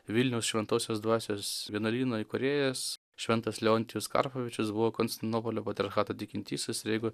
vilniaus šventosios dvasios vienuolyno įkūrėjas šventas leontijus karpovičius buvo konstantinopolio patriarchato tikintysis ir jeigu